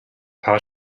paar